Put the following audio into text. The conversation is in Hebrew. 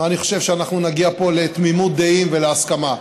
ואני חושב שאנחנו נגיע פה לתמימות דעים ולהסכמה.